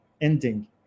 ending